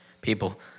people